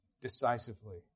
decisively